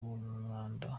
umwanda